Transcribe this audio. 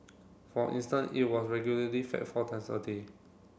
for instance it was regularly fed four times a day